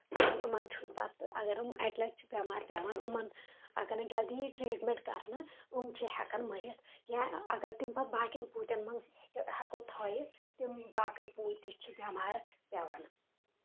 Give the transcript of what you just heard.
یِمن چھُ نہٕ پَتہٕ اَگر یِم اَکہِ لَٹہِ چھِ بیٚمار چھِ پیٚوان یِمَن اَگر نہٕ جلدی ییہِ ٹریٖٹمٮ۪نٹ کَرنہٕ یِم چھِ ہٮ۪کان مٔرِتھ یا اَگر تِم تِم باقین پوٗتٮ۪ن منٛز تہِ ہٮ۪کو تھٲیِتھ یِم باقی پوٗتۍ تہِ چھِ بیمار پیٚوان